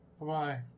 Bye-bye